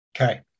Okay